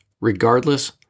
regardless